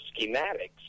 schematics